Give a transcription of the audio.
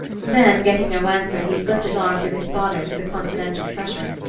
then, getting no answer, he slipped his arm through his father's with a confidential pressure.